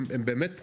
הם באמת כלום,